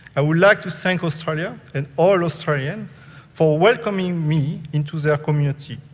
i would like to thank australia and all australians for welcoming me into their community.